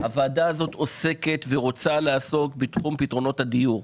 הוועדה הזאת עוסקת ורוצה לעסוק בתחום פתרונות הדיור.